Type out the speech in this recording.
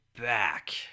back